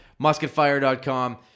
musketfire.com